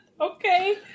Okay